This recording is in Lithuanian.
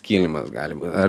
kilimas gali būt ar